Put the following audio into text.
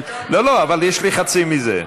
לא, לא, אבל יש לי חצי מזה.